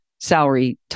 salary